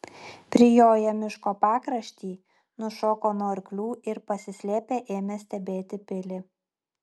prijoję miško pakraštį nušoko nuo arklių ir pasislėpę ėmė stebėti pilį